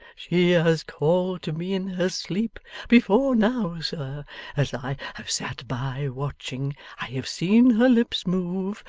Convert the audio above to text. she has called to me in her sleep before now, sir as i have sat by, watching, i have seen her lips move,